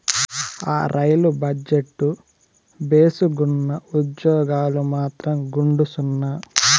ఆ, రైలు బజెట్టు భేసుగ్గున్నా, ఉజ్జోగాలు మాత్రం గుండుసున్నా